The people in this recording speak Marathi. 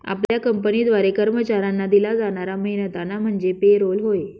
आपल्या कंपनीद्वारे कर्मचाऱ्यांना दिला जाणारा मेहनताना म्हणजे पे रोल होय